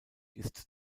ist